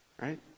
Right